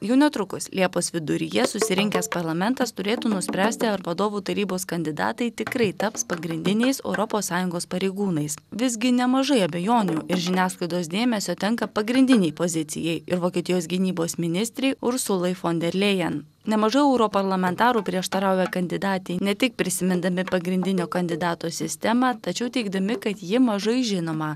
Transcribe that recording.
jau netrukus liepos viduryje susirinkęs parlamentas turėtų nuspręsti ar vadovų tarybos kandidatai tikrai taps pagrindiniais europos sąjungos pareigūnais visgi nemažai abejonių ir žiniasklaidos dėmesio tenka pagrindinei pozicijai ir vokietijos gynybos ministrei ursulai fon der lėjen nemažai auroparlamentarų prieštarauja kandidatei ne tik prisimindami pagrindinio kandidato sistemą tačiau teigdami kad ji mažai žinoma